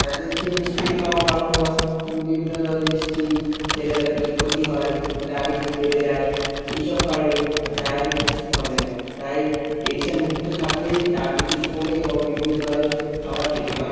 তাদেরকে মিষ্টি খাওয়া বারণ হয় বিভিন্ন ধরনের মিষ্টি খেলে তাদেরকে ক্ষতি হয় ডায়বেটিস বেড়ে যায় এই সব কারণে ডায়বেটিস তাই টেনশানমুক্ত থাকলেই ডায়বেটিস কমে এবং বিভিন্ন ধরনের খাবার খেতে হয়